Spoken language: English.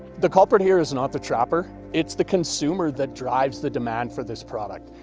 the culprit here is not the trapper. it's the consumer that drives the demand for this product.